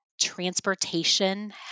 transportation